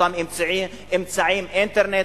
אותם אמצעים: אינטרנט,